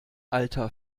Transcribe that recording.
alter